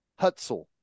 Hutzel